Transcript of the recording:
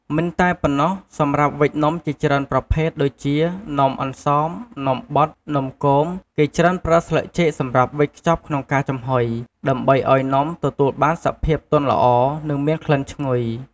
មិនតែប៉ុណ្ណោះ សម្រាប់វេចនំជាច្រើនប្រភេទ ដូចជា នំអន្សម នំបត់ និងនំគម គេច្រើនប្រើស្លឹកចេកសម្រាប់វេចខ្ចប់ក្នុងការចំហុយ ដើម្បីឱ្យនំទទួលបានសភាពទន់ល្អ និងមានក្លិនឈ្ងុយ។